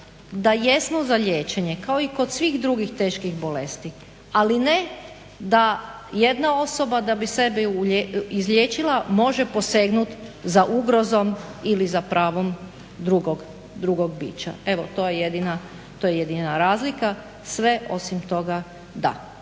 da jesmo za liječenje kao i kod svih drugih teških bolesti, ali ne da jedna osoba da bi sebe izliječila može posegnut za ugrozom ili za pravom drugog bića. Evo to je jedina razlika. Sve osim toga da.